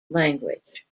language